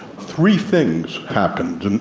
three things happened, and